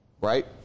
Right